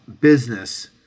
business